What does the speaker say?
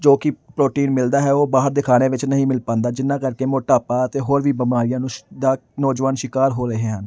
ਜੋ ਕਿ ਪ੍ਰੋਟੀਨ ਮਿਲਦਾ ਹੈ ਉਹ ਬਾਹਰ ਦੇ ਖਾਣੇ ਵਿੱਚ ਨਹੀਂ ਮਿਲ ਪਾਉਂਦਾ ਜਿਹਨਾਂ ਕਰਕੇ ਮੋਟਾਪਾ ਅਤੇ ਹੋਰ ਵੀ ਬਿਮਾਰੀਆਂ ਨੂੰ ਸ਼ ਦਾ ਨੌਜਵਾਨ ਸ਼ਿਕਾਰ ਹੋ ਰਹੇ ਹਨ